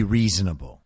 reasonable